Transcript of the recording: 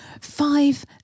five